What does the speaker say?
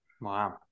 Wow